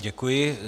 Děkuji.